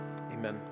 amen